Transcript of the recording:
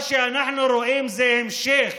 מה שאנחנו רואים זה המשך